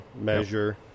measure